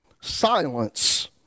silence